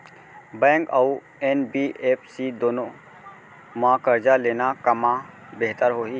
Bank अऊ NBFC दूनो मा करजा लेना कामा बेहतर होही?